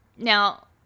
Now